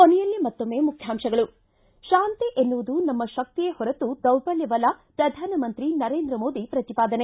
ಕೊನೆಯಲ್ಲಿ ಮತ್ತೊಮ್ಮೆ ಮುಖ್ಯಾಂಶಗಳು ಿ ಹಾಂತಿ ಎನ್ನುವುದು ನಮ್ಮ ಶಕ್ತಿಯೇ ಹೊರತು ದೌರ್ಬಲ್ಯವಲ್ಲ ಪ್ರಧಾನಮಂತ್ರಿ ನರೇಂದ್ರ ಮೋದಿ ಪ್ರತಿಪಾದನೆ